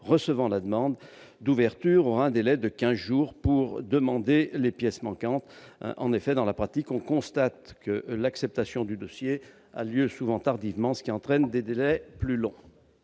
recevant la demande d'ouverture disposera d'un délai de quinze jours pour demander les pièces manquantes. En effet, dans la pratique, on constate que l'acceptation du dossier a souvent lieu tardivement, ce qui entraîne des délais plus longs.